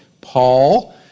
Paul